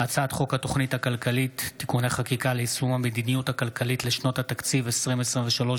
הצעת חוק התוכנית הכלכלית (תיקוני חקיקה) (ליישום המדיניות הכלכלית),